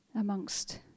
amongst